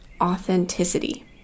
authenticity